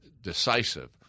decisive